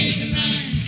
tonight